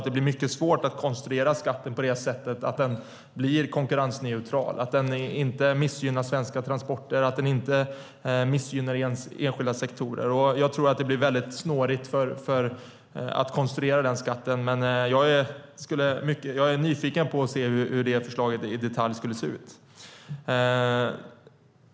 Det blir mycket svårt att konstruera skatten på ett sådant sätt att den blir konkurrensneutral och inte missgynnar svenska transporter eller enskilda sektorer. Jag tror att det blir väldigt snårigt att konstruera den skatten. Men jag är nyfiken på att se hur förslaget i detalj skulle se ut.